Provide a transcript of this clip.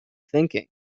thinking